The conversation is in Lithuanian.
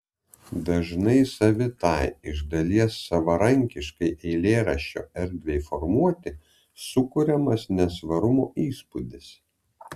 dažnai savitai iš dalies savarankiškai eilėraščio erdvei formuoti sukuriamas nesvarumo įspūdis